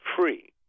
free